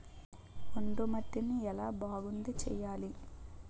ఒండ్రు మట్టిని ఎలా బాగుంది చేయాలి?